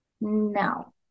No